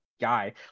guy